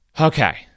Okay